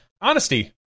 Honesty